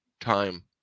time